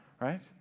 right